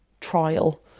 trial